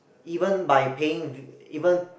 even by paying even